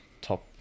top